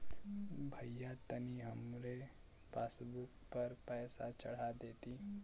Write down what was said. भईया तनि हमरे पासबुक पर पैसा चढ़ा देती